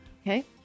Okay